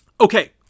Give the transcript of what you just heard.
Okay